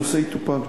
הנושא יטופל.